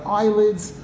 eyelids